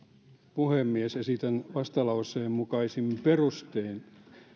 puhemies esitän vastalauseen mukaisin perustein